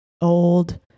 old